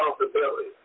responsibility